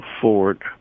Ford